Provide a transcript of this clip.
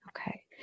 Okay